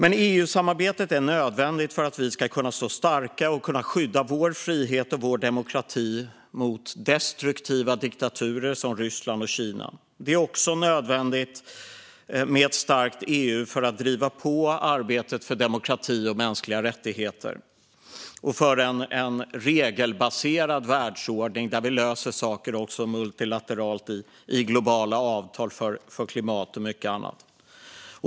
EU-samarbetet är nödvändigt för att vi ska kunna stå starka och skydda vår frihet och vår demokrati mot destruktiva diktaturer som Ryssland och Kina. Det är också nödvändigt med ett starkt EU för att driva på arbetet för demokrati och mänskliga rättigheter och för en regelbaserad världsordning där vi löser saker multilateralt i globala avtal om klimat och mycket annat.